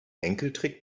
enkeltrick